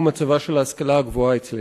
והוא מצבה של ההשכלה הגבוהה אצלנו.